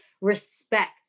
respect